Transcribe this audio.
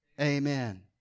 Amen